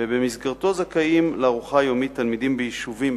ובמסגרתו זכאים לארוחה יומית תלמידים ביישובים,